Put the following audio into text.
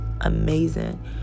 amazing